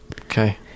Okay